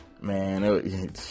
man